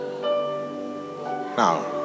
Now